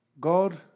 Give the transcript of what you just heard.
God